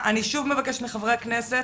אני שוב מבקשת מחברי הכנסת,